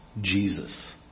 Jesus